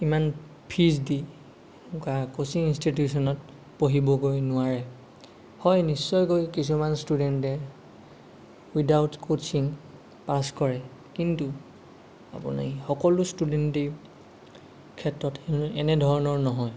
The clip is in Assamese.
ইমান ফীজ দি এনেকুৱা ক'ছিং ইন্সটিটিউচনত পঢ়িবগৈ নোৱাৰে হয় নিশ্চয়কৈ কিছুমান ষ্টুডেন্টে উইডাউট কছিং পাছ কৰে কিন্তু আপুনি সকলো ষ্টুডেন্টে ক্ষেত্ৰত এনেধৰণৰ নহয়